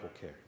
care